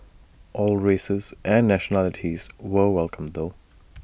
all races and nationalities were welcome though